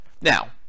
Now